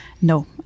No